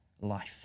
life